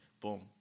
boom